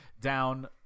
down